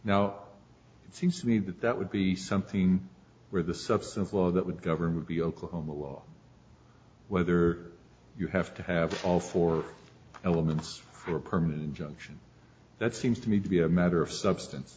now it seems to me that that would be something where the substance law that would govern would be oklahoma law whether you have to have all four elements or a permanent injunction that seems to me to be a matter of substance